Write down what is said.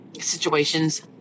situations